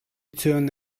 turn